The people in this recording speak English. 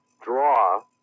draw